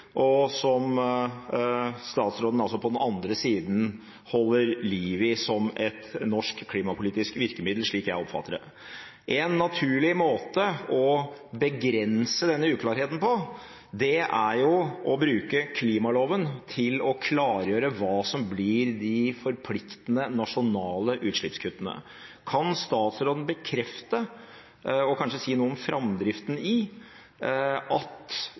og som statsråden altså på den andre siden holder liv i som et norsk klimapolitisk virkemiddel, slik jeg oppfatter det. En naturlig måte å begrense denne uklarheten på er å bruke klimaloven til å klargjøre hva som blir de forpliktende nasjonale utslippskuttene. Kan statsråden bekrefte, og kanskje si noe om framdriften i, at